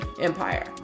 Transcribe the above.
Empire